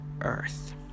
earth